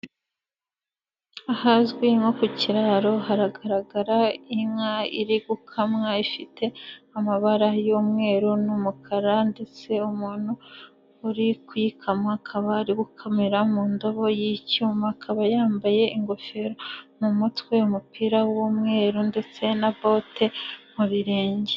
Ahazwi nko ku kiraro haragaragara inka iri gukamwa ifite amabara y'umweru n'umukara ndetse umuntu uri kuyikama akaba ari gukamira mu ndobo y'icyuma, akaba yambaye ingofero mu mutwe, umupira w'umweru ndetse na bote mu birenge.